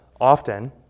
often